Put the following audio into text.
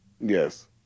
Yes